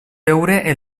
veure